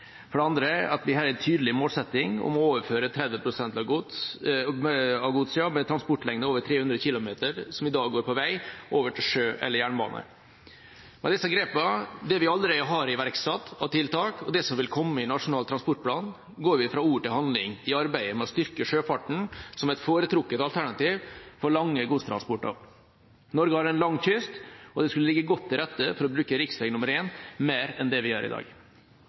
for det andre at vi har en tydelig målsetting om å overføre 30 pst. av gods med transportlengde over 300 km som i dag går på vei, til sjø eller jernbane Med disse grepene, det vi allerede har iverksatt av tiltak, og det som vil komme i Nasjonal transportplan, går vi fra ord til handling i arbeidet med å styrke sjøfarten som et foretrukket alternativ for lange godstransporter. Norge har en lang kyst, og det skulle ligge godt til rette for å bruke riksvei 1 mer enn det vi gjør i dag.